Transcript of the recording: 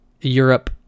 Europe